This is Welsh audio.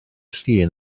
llun